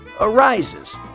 arises